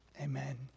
Amen